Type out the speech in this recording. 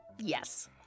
Yes